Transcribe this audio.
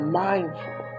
mindful